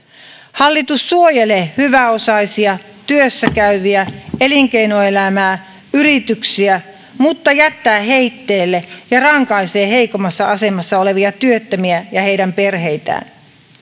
hallitus suojelee hyväosaisia työssä käyviä elinkeinoelämää yrityksiä mutta jättää heitteille ja rankaisee heikommassa asemassa olevia työttömiä ja heidän perheitään